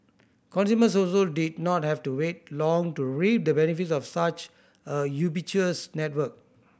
consumers also did not have to wait long to reap the benefits of such a ubiquitous network